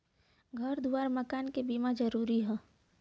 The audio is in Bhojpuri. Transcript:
घर दुआर मकान के बीमा जरूरी हौ